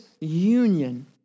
union